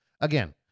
Again